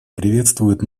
приветствует